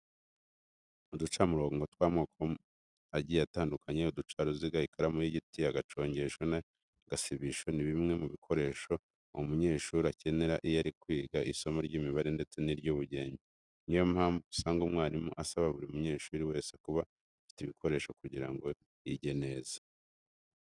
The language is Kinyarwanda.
Uducamurongo tw'amoko agiye atandukanye, uducaruziga, ikaramu y'igiti, agacongesho n'agasibisho ni bimwe mu bikoresho umunyeshuri akenera iyo ari kwiga isomo ry'imibare ndetse n'iry'ubugenge. Ni yo mpamvu usanga umwarimu asaba buri munyeshuri wese kuba afite ibi bikoresho kugira ngo yige neza.